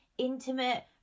intimate